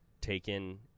taken